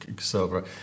silver